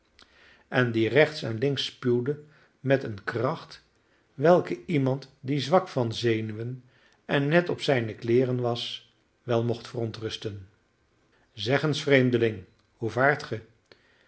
en die rechts en links spuwde met eene kracht welke iemand die zwak van zenuwen en net op zijne kleeren was wel mocht verontrusten zeg eens vreemdeling hoe